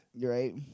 right